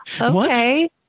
Okay